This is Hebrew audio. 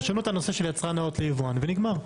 תשנו את הנושא של יצרן נאות ליבואן ונגמר.